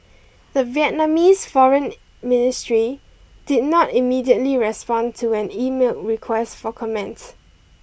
the Vietnamese Foreign Ministry did not immediately respond to an emailed request for comment